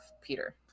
Peter